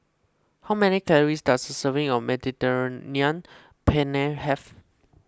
how many calories does a serving of Mediterranean Penne have